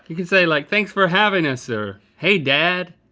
you could say like, thanks for having us, or hey dad.